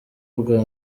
ubwa